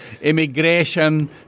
immigration